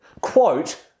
Quote